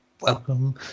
welcome